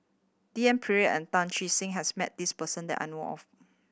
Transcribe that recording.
D N Pritt and Tan Che Sang has met this person that I know of